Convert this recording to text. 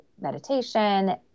meditation